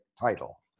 title